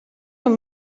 ddim